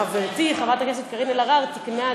חברתי חברת הכנסת קארין אלהרר תיקנה,